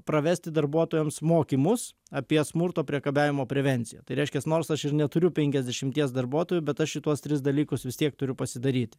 pravesti darbuotojams mokymus apie smurto priekabiavimo prevenciją tai reiškias nors aš ir neturiu penkiasdešimties darbuotojų bet aš šituos tris dalykus vis tiek turiu pasidaryt